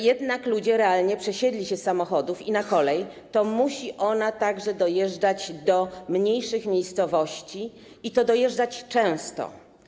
Jednak żeby ludzie realnie przesiedli się z samochodów na kolej, to musi ona dojeżdżać także do mniejszych miejscowości, i to dojeżdżać często.